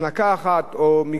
יוכלו לבקש פטורים,